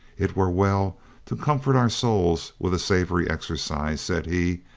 it were well to com fort our souls with a savory exercise, said he,